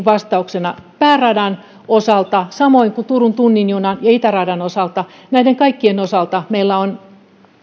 vastauksena pääradan osalta samoin kuin turun tunnin junan ja itäradan osalta näiden kaikkien osalta meillä on